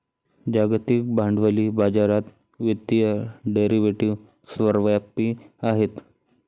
जागतिक भांडवली बाजारात वित्तीय डेरिव्हेटिव्ह सर्वव्यापी आहेत